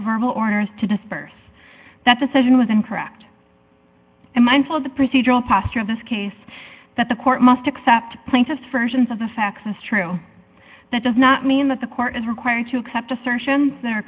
herbal orders to disperse that decision was incorrect and mindful of the procedural posture of this case that the court must accept plaintiff's furnishings of the facts is true that does not mean that the court is required to accept assertions th